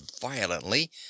violently